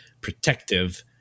protective